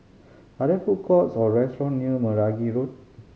are there food courts or restaurant near Meragi Road